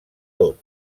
tot